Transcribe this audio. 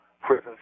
prison